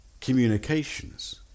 communications